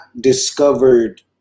discovered